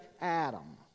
Adam